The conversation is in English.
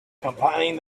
compiling